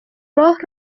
راه